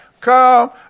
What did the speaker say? Come